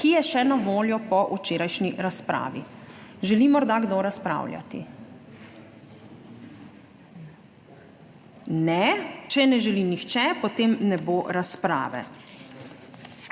ki je še na voljo po včerajšnji razpravi. Želi morda kdo razpravljati? Ne. Če ne želi nihče, potem ne bo razprave.